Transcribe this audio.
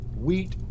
wheat